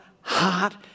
heart